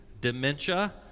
dementia